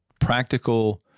practical